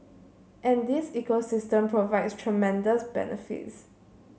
and this ecosystem provides tremendous benefits